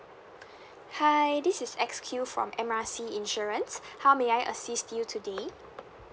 hi this is X Q from M_R_I_C insurance how may I assist you today